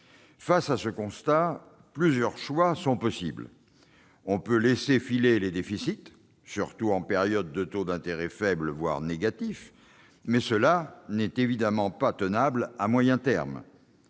Face à ce constat, plusieurs choix sont possibles. On peut laisser filer les déficits, surtout en période de taux d'intérêt faibles, voire négatifs, mais cela n'est évidemment pas tenable à moyen terme.